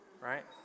right